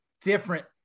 different